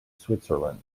switzerland